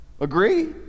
Agree